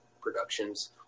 productions